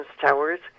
Towers